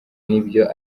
nibyo